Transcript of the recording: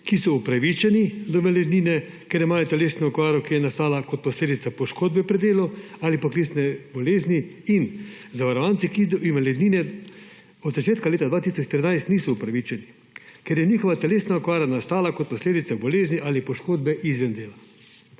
ki so upravičeni do invalidnine, ker imajo telesno okvaro, ki je nastala kot posledica poškodbe pri delu ali poklicne bolezni, in zavarovanci, ki do invalidnine od začetka leta 2014 niso upravičeni, ker je njihova telesna okvara nastala kot posledica bolezni ali poškodbe izven dela.